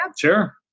Sure